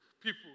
people